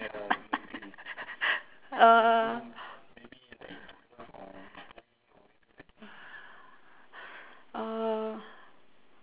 uh